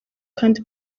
kandi